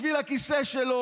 בשביל הכיסא שלו,